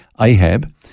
Ahab